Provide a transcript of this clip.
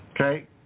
Okay